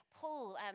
Paul